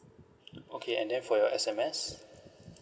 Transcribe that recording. okay and then for your S_M_S